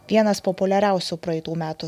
vienas populiariausių praeitų metų